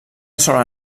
sola